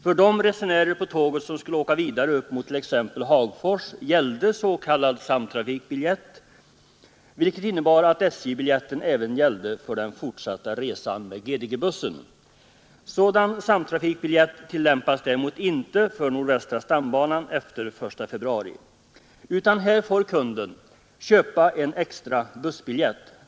För de resenärer på tåget som skulle åka vidare upp mot t.ex. Hagfors gällde s.k. samtrafikbiljett, vilket innebar att SJ-biljetten även gällde för den fortsatta resan med GDG-bussen. Sådan samtrafikbiljett tillämpas däremot inte för nordvästra stambanan efter den 1 februari, utan här får kunden köpa en extra bussbiljett.